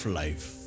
life